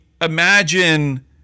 imagine